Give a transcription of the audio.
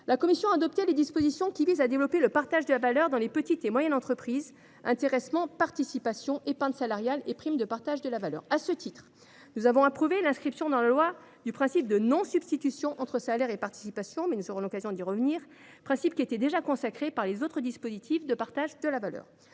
La commission a adopté les dispositions visant à développer le partage de la valeur dans les petites et moyennes entreprises : intéressement, participation, épargne salariale et prime de partage de la valeur. À ce titre, nous avons approuvé l’inscription dans la loi du principe de non substitution entre salaires et participation, principe qui était déjà consacré pour les autres dispositifs de partage de la valeur.